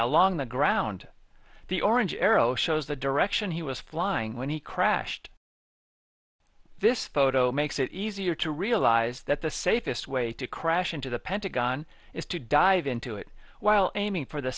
along the ground the orange arrow shows the direction he was flying when he crashed this photo makes it easier to realize that the safest way to crash into the pentagon is to dive into it while aiming for the